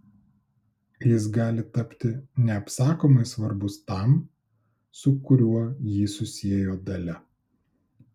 jis gali tapti neapsakomai svarbus tam su kuriuo jį susiejo dalia